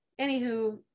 Anywho